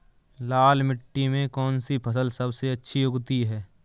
लाल मिट्टी में कौन सी फसल सबसे अच्छी उगती है?